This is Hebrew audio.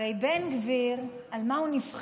הרי בן גביר, על מה הוא נבחר?